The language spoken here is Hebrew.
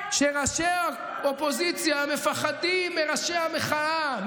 שבה ראשי האופוזיציה מפחדים מראשי המחאה,